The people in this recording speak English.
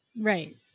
Right